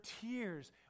tears